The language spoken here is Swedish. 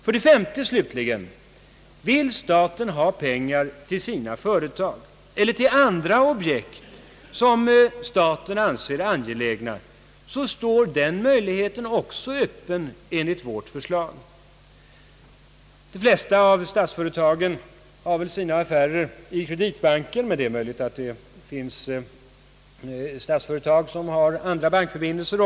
För det femte kan staten om den vill ha pengar till sina företag eller till andra objekt, som man anser angelägna, även klara detta enligt vårt förslag. De flesta av statsföretagen har sina affärer i Kreditbanken — det är möjligt att det också finns statsföretag som har andra bankförbindelser.